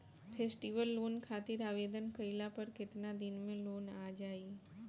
Festival loan खातिर आवेदन कईला पर केतना दिन मे लोन आ जाई?